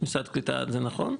משרד קליטה זה נכון?